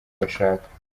gashaka